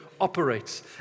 operates